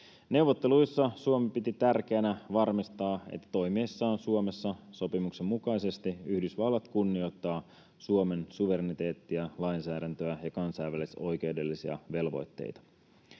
Neuvotteluissa Suomi piti tärkeänä varmistaa, että toimiessaan Suomessa sopimuksen mukaisesti Yhdysvallat kunnioittaa Suomen suvereniteettia, lainsäädäntöä ja kansainvälisoikeudellisia velvoitteita.